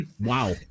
Wow